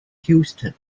houston